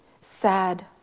Sad